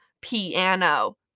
piano